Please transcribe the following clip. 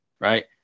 right